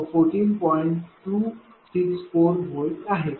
264 Vआहे